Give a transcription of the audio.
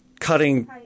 cutting